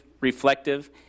reflective